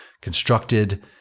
constructed